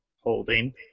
Holding